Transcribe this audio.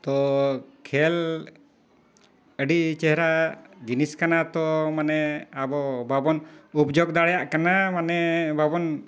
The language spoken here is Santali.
ᱛᱚ ᱠᱷᱮᱞ ᱟᱹᱰᱤ ᱪᱮᱦᱨᱟ ᱡᱤᱱᱤᱥ ᱠᱟᱱᱟ ᱛᱚ ᱢᱟᱱᱮ ᱟᱵᱚ ᱵᱟᱵᱚᱱ ᱩᱯᱡᱳᱜ ᱫᱟᱲᱮᱭᱟᱜ ᱠᱟᱱᱟ ᱢᱟᱱᱮ ᱵᱟᱵᱚᱱ